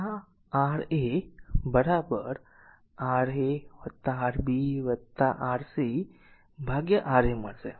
આ r રા a a a r a r a a મળશે